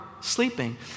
sleeping